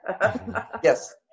Yes